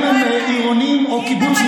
אם הם עירוניים או קיבוצניקים.